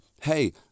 hey